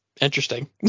Interesting